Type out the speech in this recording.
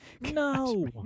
No